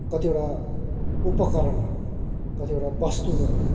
कतिवटा उपकरणहरू कतिवटा वस्तुहरू